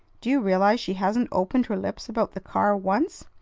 do you realize she hasn't opened her lips about the car once?